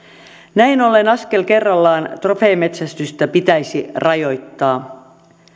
näin ollen askel kerrallaan trofeemetsästystä pitäisi rajoittaa